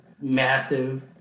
massive